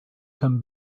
can